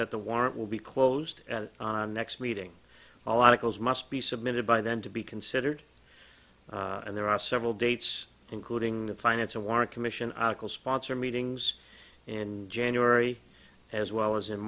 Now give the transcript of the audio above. that the warrant will be closed on next meeting a lot of calls must be submitted by them to be considered and there are several dates including the finance or warren commission arkell sponsor meetings and january as well as in